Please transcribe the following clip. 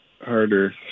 harder